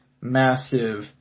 massive